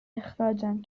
اخراجم